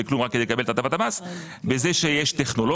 כלום רק כדי לקבל את הטבת המס בזה שיש טכנולוגיה,